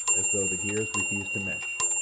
as though the gears refused to mesh,